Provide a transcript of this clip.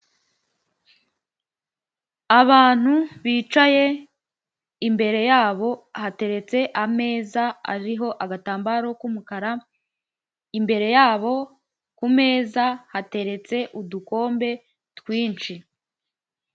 Abantu bicaye, imbere yabo hateretse ameza ariho agatambaro k’umukara. Imbere ya bo ku meza hateretse udukombe twinshi.